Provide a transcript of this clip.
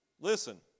Listen